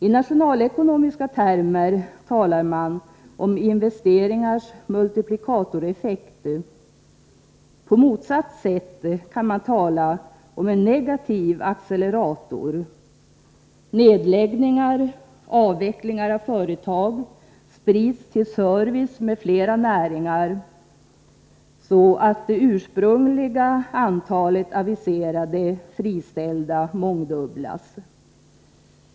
I nationalekonomiska termer talar man om investeringars multiplikatoreffekter. Å andra sidan kan man tala om en negativ accelerator: nedläggningar och avvecklingar av företag sprids till servicenäringar och andra näringar, så att det ursprungliga antalet aviserade friställda mångdubblas.